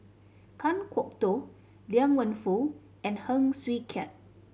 Kan Kwok Toh Liang Wenfu and Heng Swee Keat